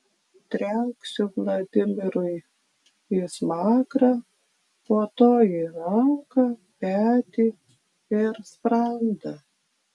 trenksiu vladimirui į smakrą po to į ranką petį ir sprandą